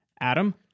Adam